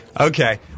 Okay